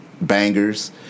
Bangers